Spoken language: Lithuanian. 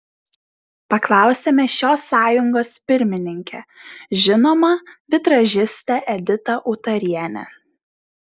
paklausėme šios sąjungos pirmininkę žinomą vitražistę editą utarienę